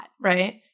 right